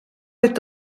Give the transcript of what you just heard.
est